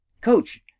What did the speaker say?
coach